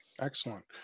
Excellent